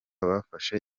bafashe